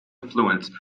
influenced